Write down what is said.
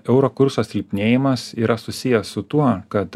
euro kurso silpnėjimas yra susijęs su tuo kad